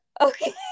Okay